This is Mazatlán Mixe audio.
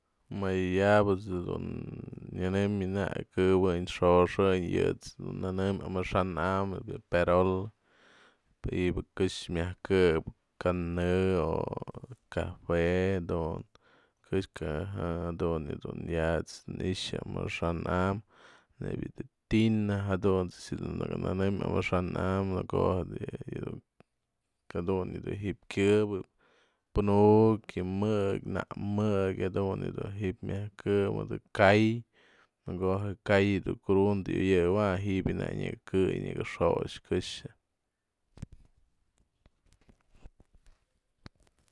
Më yë ya'aba dun nënëm na'ak këwën xoxën yët's dun nënëm amaxa'an a'am nebia yë perolë ji'iby këxë myaj kë'ëp ka'anë o cajue dun kë jadun dun ya ni'ixa amaxa'an nebia yë tina jadunt's ëjt's yë nëkë nënëm amaxa'an a'am në ko'o bi'i dun jadun ji'iby kyëbë plunëk yë mëky na'amëky jadun yë dun ji'iby myaj këwëd mëdë ka'ay në ko'o je ka'ay dun krundë yoyëwany ji'iby na'ak nyaka kë'ëy xo'ox këxë.